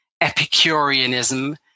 Epicureanism